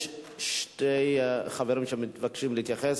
יש שני חברים שמתבקשים להתייחס.